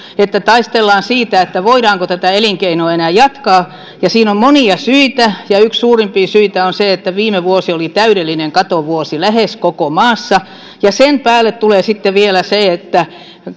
että taistellaan siitä voidaanko tätä elinkeinoa enää jatkaa siinä on monia syitä ja yksi suurimpia syitä on se että viime vuosi oli täydellinen katovuosi lähes koko maassa ja sen päälle tulee sitten vielä se että